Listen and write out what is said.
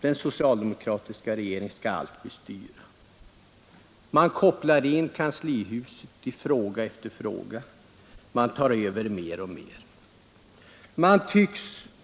Den socialdemokratiska regeringen skall allt bestyra. Man kopplar in kanslihuset i fråga efter fråga, man tar över mer och mer.